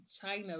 China